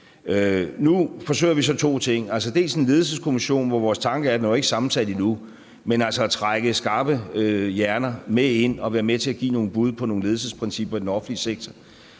Nu forsøger vi så to ting: dels en ledelseskommission – og den er jo ikke sammensat endnu – hvor vores tanke er at trække skarpe hjerner med ind til at være med til at give nogle bud på nogle ledelsesprincipper i den offentlige sektor,